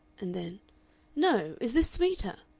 and then no! is this sweeter?